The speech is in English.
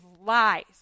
lies